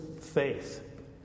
faith